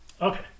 Okay